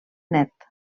net